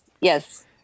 Yes